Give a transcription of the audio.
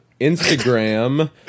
instagram